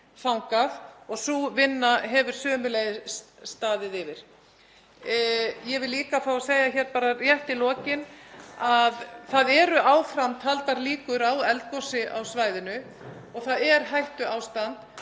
það eru áfram taldar líkur á eldgosi á svæðinu og það er hættuástand